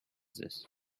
this